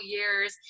years